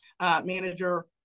manager